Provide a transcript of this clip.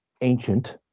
ancient